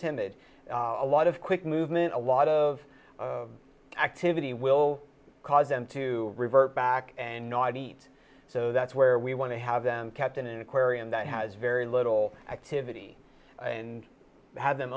timid a lot of quick movement a lot of activity will cause them to revert back and no i didn't so that's where we want to have them kept in an aquarium that has very little activity and have them